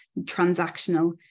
transactional